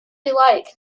like